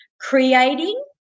creating